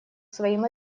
своим